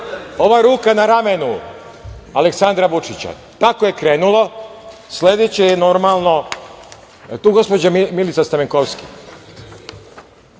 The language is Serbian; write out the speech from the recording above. ova ruka na ramenu Aleksandra Vučića, kako je krenulo, sledeće je normalno, jel tu gospođa Milica Stamenkovski,